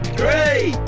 three